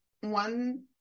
one